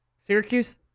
Syracuse